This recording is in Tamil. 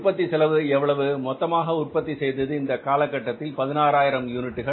உற்பத்தி செலவு எவ்வளவு மொத்தமாக உற்பத்தி செய்தது இந்த காலகட்டத்தில் 160000 யூனிட்டுகள்